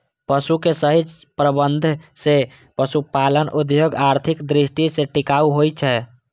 पशुक सही प्रबंधन सं पशुपालन उद्योग आर्थिक दृष्टि सं टिकाऊ होइ छै